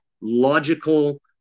logical